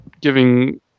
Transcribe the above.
giving